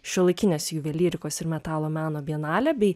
šiuolaikinės juvelyrikos ir metalo meno bienalę bei